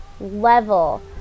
level